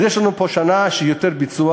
אז יש לנו פה שנה שהיא יותר לביצוע,